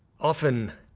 often,